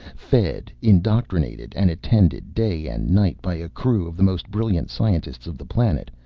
fed, indoctrinated and attended day and night by a crew of the most brilliant scientists of the planet,